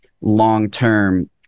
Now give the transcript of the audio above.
long-term